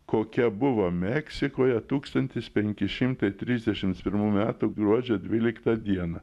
kokia buvo meksikoje tūkstantis penki šimtai trisdešimts pirmų metų gruodžio dvyliktą dieną